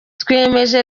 twiyemeje